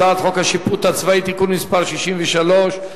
הצעת חוק השיפוט הצבאי (תיקון מס' 63),